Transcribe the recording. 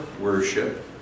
worship